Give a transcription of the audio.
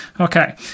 Okay